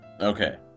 Okay